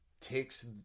Takes